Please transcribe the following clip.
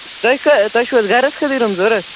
تۄہہِ کتھ تۄہہِ چھُو حظ گَرَس خٲطٕرے تِم ضروٗرت